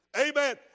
Amen